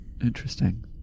interesting